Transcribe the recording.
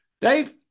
Dave